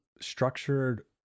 structured